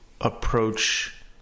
approach